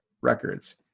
records